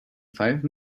five